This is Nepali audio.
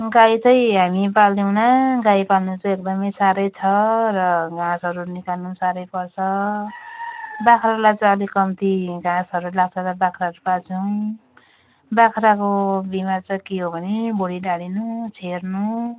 गाई चाहिँ हामी पाल्दैनौँ गाई पाल्नु चाहिँ एकदमै साह्रै छ र घाँसहरू निकाल्नु साह्रै पर्छ बाख्रालाई चाहिँ अलि कम्ती घाँसहरू लाग्छ र बाख्राहरू पाल्छौँ बाख्राको बिमार चाहिँ के हो भने भुँडी ढाडिनु छेर्नु